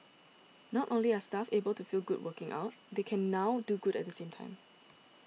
not only are staff able to feel good working out they can now do good at the same time